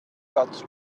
got